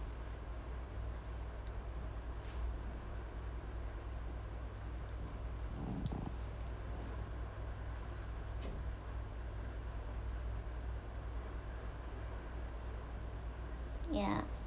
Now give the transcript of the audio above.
ya